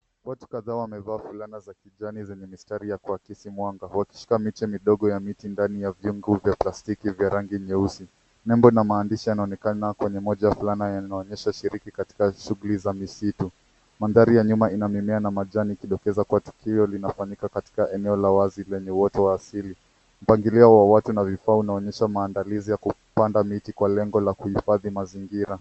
Watu kadhaa wamevaa fulana za kijani zenye mistari ya kuakisi mwanga wakishika miche midogo ya miti ndani ya vyungu vya plastiki vya rangi nyeusi. Nembo na maandishi yanaonekana kwenye moja ya wavulana anyeshiriki katika shughuli za misitu. Mandhari ya nyuma ina mimea na majani ikidokeza kuwa tukio linafanyika katika eneo la wazi lenye uoto wa asili. Mpangilio wa watu na vifaa unaonyesha maandalizi ya kupanda miti kwa lengo la kuhifadhi mazingira.